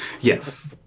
Yes